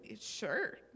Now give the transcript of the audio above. Sure